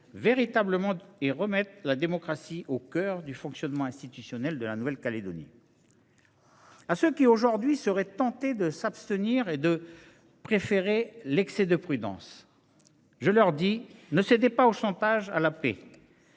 véritablement de remettre la démocratie au cœur du fonctionnement institutionnel de la Nouvelle Calédonie. À ceux qui, aujourd’hui, seraient tentés de s’abstenir et de préférer l’excès de prudence, je dis : ne cédez pas au chantage à la paix,